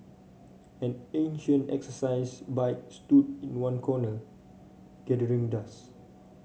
an ancient exercise bike stood in one corner gathering dust